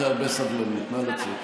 נא לצאת.